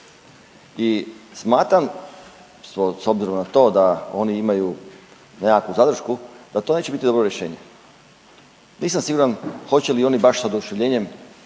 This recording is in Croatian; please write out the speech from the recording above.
I smatram, s obzirom na to da oni imaju nekakvu zadršku, da to neće biti dobro rješenje. Nisam siguran hoće li oni baš sa oduševljenjem